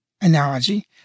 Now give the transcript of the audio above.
analogy